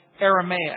Aramaic